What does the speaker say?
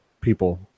people